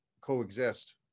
coexist